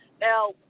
Now